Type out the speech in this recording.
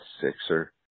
sixer